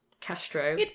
Castro